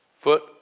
foot